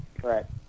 Correct